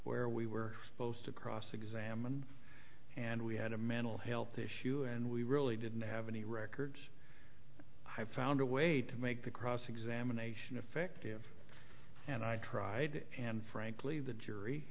where we were supposed to cross examine and we had a mental health issue and we really didn't have any records i found a way to make the cross examination effective and i tried and frankly the jury